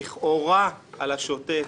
לכאורה על השוטף,